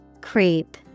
Creep